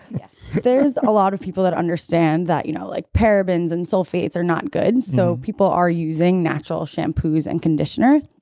yeah there's a lot of people that understand that you know like parabens and sulfates are not good, so people are using natural shampoos and conditioner.